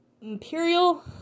Imperial